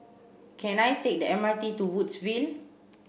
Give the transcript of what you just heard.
can I take the M R T to Woodsville